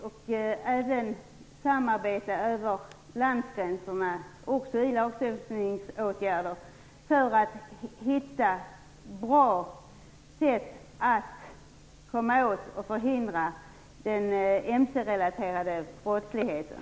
Det pågår också samarbete över landsgränserna, även om lagstiftningsåtgärder, för att hitta bra sätt att komma åt och förhindra den mc-relaterade brottsligheten.